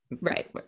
right